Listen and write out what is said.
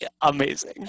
amazing